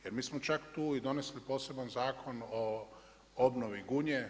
Jer mi smo čak tu i donesli poseban Zakon o obnovi Gunje.